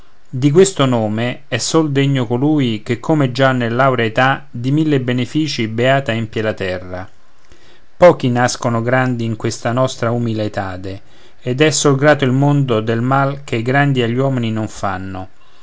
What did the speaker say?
di questo nome è sol degno colui che come già nell'aurea età di mille benefici beata empie la terra pochi nascono grandi in questa nostra umile etade ed è sol grato il mondo del mal che i grandi agli uomini non fanno